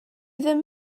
ddim